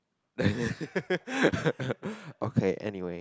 okay anyway